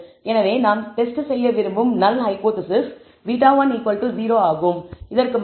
எனவே நாம் டெஸ்ட் செய்ய விரும்பும் நல் ஹைபோதேசிஸ் β1 0 ஆகும் இதற்கு மாற்றாக β1